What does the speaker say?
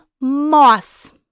moss